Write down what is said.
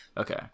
okay